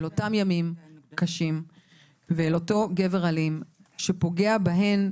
אל אותם ימים קשים ואל אותו הגבר האלים שפוגע בהן,